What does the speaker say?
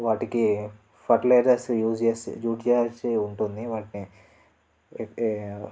వాటికి fertilisers use చేసి use చెయ్యాల్సి ఉంటుంది వాటిని